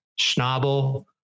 Schnabel